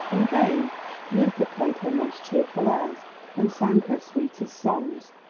in vain reuther played her most cheerful airs and sang her sweetest songs,